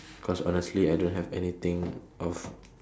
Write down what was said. cause honestly I don't have anything of